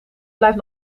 blijft